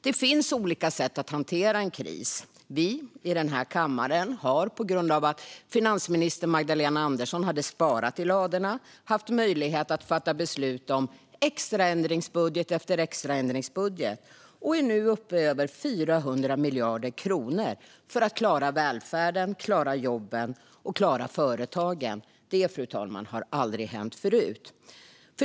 Det finns olika sätt att hantera en kris. Vi i den här kammaren har på grund av att finansminister Magdalena Andersson hade sparat i ladorna haft möjlighet att fatta beslut om extraändringsbudget efter extraändringsbudget. Vi är nu uppe i över 400 miljarder kronor för att klara välfärden, klara jobben och klara företagen. Det, fru talman, har aldrig hänt förut.